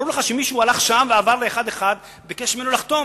ברור לך שמישהו הלך שם ועבר מזה לזה וביקש ממנו לחתום,